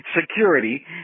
security